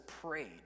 prayed